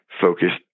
focused